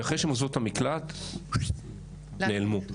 שאחרי שהן עוזבות את המקלט הן נעלמות.